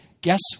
guess